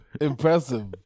Impressive